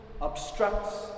obstructs